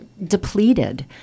depleted